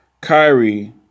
Kyrie